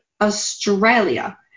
Australia